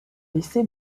laissé